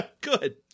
Good